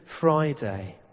Friday